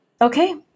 okay